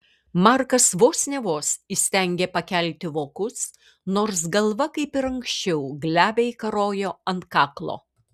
markas vos ne vos įstengė pakelti vokus nors galva kaip ir anksčiau glebiai karojo ant kaklo